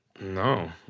No